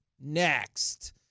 next